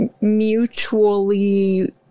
mutually